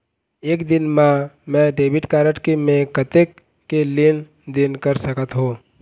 एक दिन मा मैं डेबिट कारड मे कतक के लेन देन कर सकत हो?